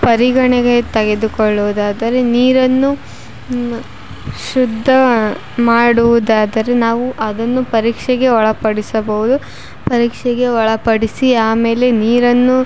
ಪರಿಗಣೆಗೆ ತೆಗೆದುಕೊಳ್ಳೋದಾದರೆ ನೀರನ್ನು ಶುದ್ಧ ಮಾಡುವುದಾದರೆ ನಾವು ಅದನ್ನು ಪರೀಕ್ಷೆಗೆ ಒಳಪಡಿಸಬೌದು ಪರೀಕ್ಷೆಗೆ ಒಳಪಡಿಸಿ ಆಮೇಲೆ ನೀರನ್ನು